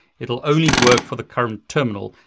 it'll only work for the current terminal,